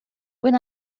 when